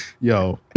Yo